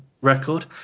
record